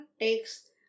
takes